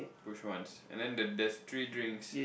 push once and then there's three drinks